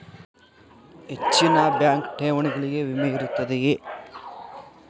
ಹೆಚ್ಚಿನ ಬ್ಯಾಂಕ್ ಠೇವಣಿಗಳಿಗೆ ವಿಮೆ ಇರುತ್ತದೆಯೆ?